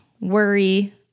worry